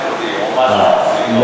או משהו בסגנון.